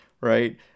right